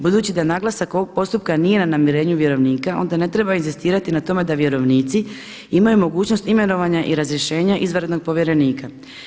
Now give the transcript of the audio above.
Budući da naglasak ovog postupka nije na namirenju vjerovnika onda ne treba inzistirati na tome da vjerovnici imaju mogućnost imenovanja i razrješenja izvanrednog povjerenika.